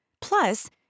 Plus